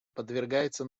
подвергается